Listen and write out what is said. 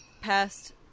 past